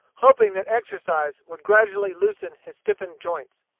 hoping that exercise would gradually loosen his stiffened joints.